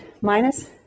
minus